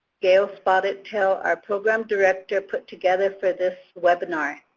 gale spotted tail our program director, put together for this webinar.